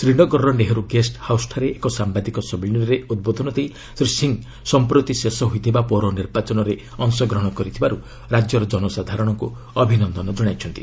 ଶ୍ରୀନଗରର ନେହେର୍ ଗେଷ୍ଟ ହାଉସ୍ଠାରେ ଏକ ସାମ୍ବାଦିକ ସମ୍ମିଳନୀରେ ଉଦ୍ବୋଧନ ଦେଇ ଶ୍ରୀ ସିଂହ ସମ୍ପ୍ରତି ଶେଷ ହୋଇଥିବା ପୌର ନିର୍ବାଚନରେ ଅଂଶଗ୍ରହଣ କରିଥିବାରୁ ରାଜ୍ୟ ଜନସାଧାରଣଙ୍କୁ ଅଭିନନ୍ଦନ ଜଣାଇଛନ୍ତି